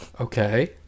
Okay